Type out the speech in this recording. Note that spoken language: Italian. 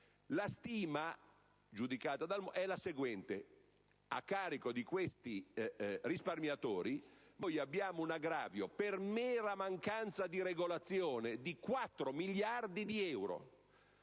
La stima è la seguente: a carico di questi risparmiatori abbiamo un aggravio, per mera mancanza di regolazione, di 4 miliardi di euro.